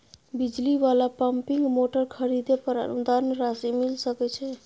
बिजली वाला pumping motor खरीदे पर अनुदान राशि मिल सके छैय?